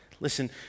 Listen